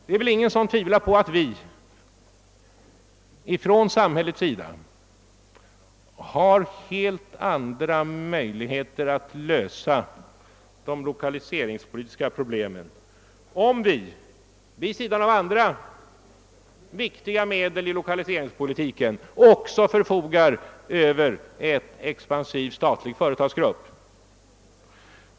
Det är väl ingen som tvivlar på att vi ifrån samhällets sida har helt andra möjligheter att lösa de lokaliseringspolitiska problemen, om vi vid sidan av andra medel i lokaliseringspolitiken också förfogar över en expansiv stat lig företagsgrupp.